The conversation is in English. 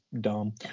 dumb